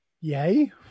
Yay